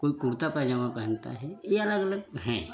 कोई कुर्ता पजामा पहनता है ये अलग अलग हैं